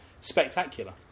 spectacular